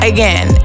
Again